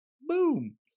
Boom